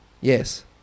Yes